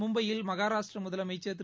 மும்பையில் மகாராஷ்டிர முதலமைச்சா் திரு